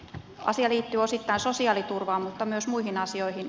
asia liittyy osittain sosiaaliturvaan mutta myös muihin asioihin